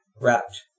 wrapped